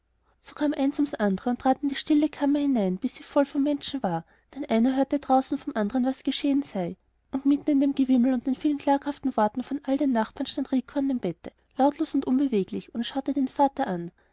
so kam eins ums andere und trat in die stille kammer hinein bis sie voll von menschen war denn einer hörte draußen vom anderen was geschehen sei und mitten in dem gewimmel und den vielen klaghaften worten von all den nachbarn stand rico an dem bette lautlos und unbeweglich und schaute den vater an